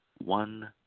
one